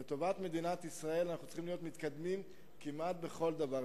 לטובת מדינת ישראל אנחנו צריכים להיות מתקדמים כמעט בכל דבר.